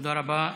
תודה רבה.